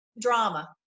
drama